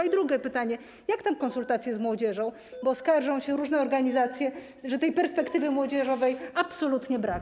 I drugie pytanie: Jak tam konsultacje z młodzieżą, bo skarżą się różne organizacje, że tej perspektywy młodzieżowej absolutnie brak?